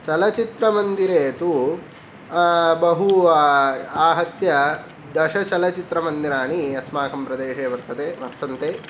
चलचित्रमन्दिरे तु बहु आहत्य दशचलचित्रमन्दिराणि अस्माकं प्रदशे वर्तते वर्तन्ते